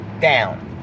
down